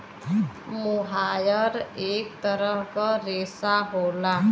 मोहायर इक तरह क रेशा होला